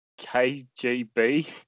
KGB